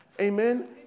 Amen